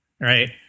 right